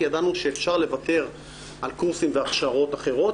ידענו שאפשר לוותר על קורסים והכשרות אחרות.